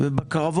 "צאו ותתחרו"